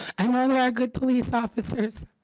i know there are good police officers.